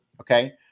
Okay